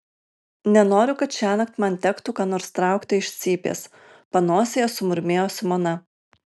nenoriu kad šiąnakt man tektų ką nors traukti iš cypės panosėje sumurmėjo simona